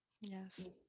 Yes